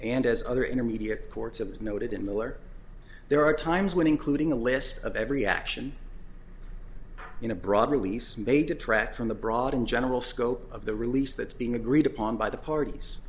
and as other intermediate courts have noted in miller there are times when including a list of every action in a broad release may detract from the broad and general scope of the release that's being agreed upon by the parties